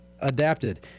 adapted